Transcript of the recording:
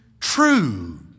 True